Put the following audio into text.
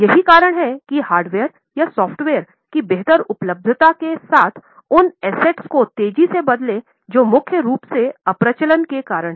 यही कारण है कि हार्डवेयर या सॉफ्टवेयर की बेहतर उपलब्धता के साथ उन परिसंपत्तियों को तेजी से बदलें जो मुख्य रूप से अप्रचलन के कारण हैं